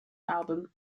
album